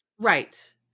Right